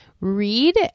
read